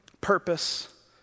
purpose